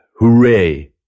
Hooray